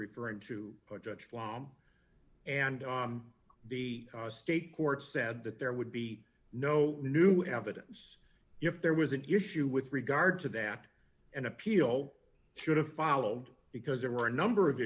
referring to a judge wow and the state court said that there would be no new evidence if there was an issue with regard to that an appeal should have followed because there were a number of